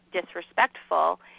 disrespectful